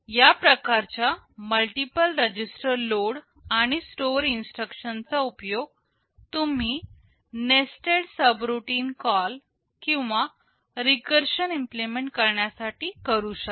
या प्रकारच्या multiple register load आणि स्टोअर इन्स्ट्रक्शन चा उपयोग तुम्ही नेस्टेड सबरूटीन कॉल किंवा रीकरशन इम्प्लिमेंट करण्यासाठी करू शकतो